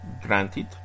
granted